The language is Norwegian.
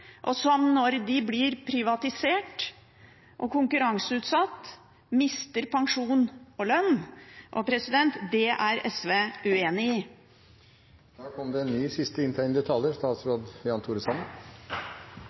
og som når de blir privatisert og konkurranseutsatt, mister pensjon og lønn. Det er SV uenig